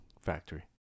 Factory